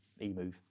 emove